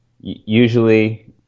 usually